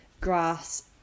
grass